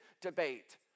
debate